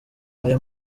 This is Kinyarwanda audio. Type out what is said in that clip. aya